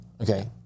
Okay